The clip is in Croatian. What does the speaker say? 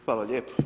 Hvala lijepa.